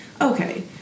okay